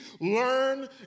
learn